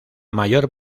mayor